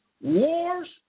wars